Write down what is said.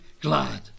glad